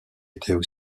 étaient